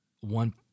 one